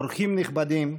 אורחים נכבדים,